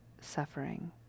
suffering